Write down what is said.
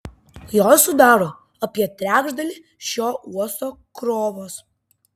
jos sudaro apie trečdalį šio uosto krovos